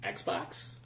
Xbox